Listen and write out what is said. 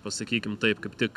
pasakykim taip kaip tik